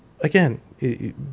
again